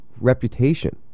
reputation